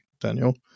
daniel